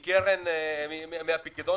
את הכסף שלהם מהפיקדון